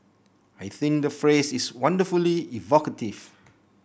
I think the phrase is wonderfully evocative